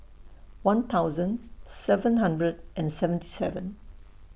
one thousand seven hundred and seventy seven